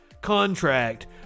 contract